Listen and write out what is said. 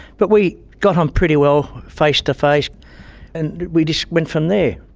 but we got on pretty well face-to-face and we just went from there.